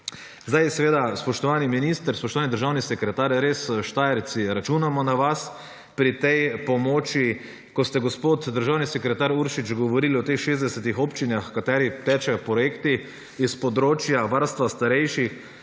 Mariboru. Spoštovani minister, spoštovani državni sekretar, Štajerci računamo na vas pri tej pomoči. Ko ste gospod državni sekretar Uršič govorili o teh 60 občinah v katerih tečejo projekti s področja varstva starejših